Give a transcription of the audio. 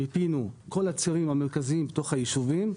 מיפינו את כל הצירים המרכזיים בתוך היישובים,